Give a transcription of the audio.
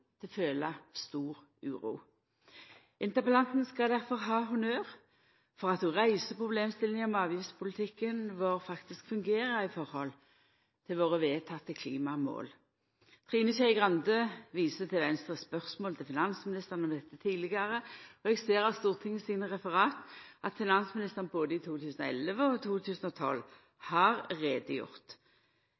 det grunn til å føla stor uro. Interpellanten skal difor ha honnør for at ho reiser problemstillinga om avgiftspolitikken vår faktisk fungerer i høve til våre vedtekne klimamål. Trine Skei Grande viser til Venstres spørsmål til finansministeren om dette tidlegare, og eg ser av Stortinget sine referat at finansministeren i både 2011 og 2012 har